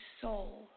soul